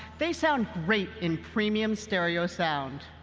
they sound great in premium stereo sound.